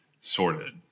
sorted